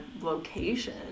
location